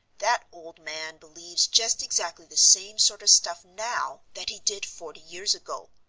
that old man believes just exactly the same sort of stuff now that he did forty years ago.